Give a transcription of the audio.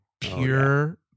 pure